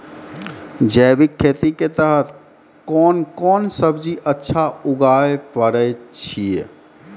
जैविक खेती के तहत कोंन कोंन सब्जी अच्छा उगावय पारे छिय?